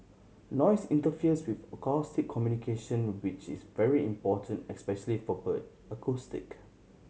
noise interferes with acoustic communication which is very important especially for bird